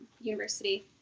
university